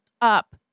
up